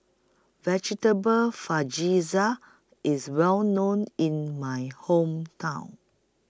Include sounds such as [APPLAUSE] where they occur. Vegetable [UNINTELLIGIBLE] IS Well known in My Hometown